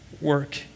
work